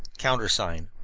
countersign.